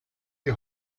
die